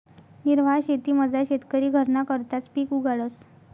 निर्वाह शेतीमझार शेतकरी घरना करताच पिक उगाडस